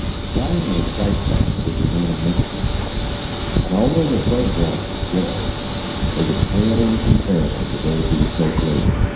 the triangular flight patterns would remain a mystery and although the photographs were good they would pale in comparison with those he would take later